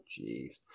Jeez